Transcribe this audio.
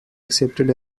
accepted